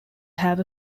have